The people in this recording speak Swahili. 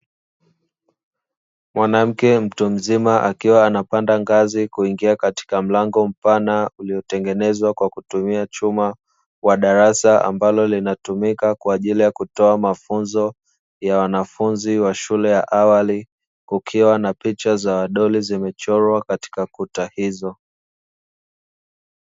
Mwanamke mtu mzima akiwa anapanda ngazi kuingia katika mlango mpana uliotengenezwa kwa kutumia chuma, wa darasa ambalo linatumika kwa ajili ya kutoa mafunzo ya wanafunzi wa shule ya awali, kukiwa na picha za wadoli zimechorwa katika kuta hizo.